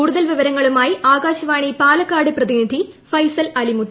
കൂടുതൽ വൃദ്ദ്ങ്ങളുമായി ആകാശവാണി പാലക്കാട് പ്രതിനിധി ഫൈസൽഅലീമുത്ത്